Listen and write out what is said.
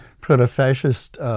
proto-fascist